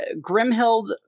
Grimhild